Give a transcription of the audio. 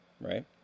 right